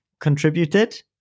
contributed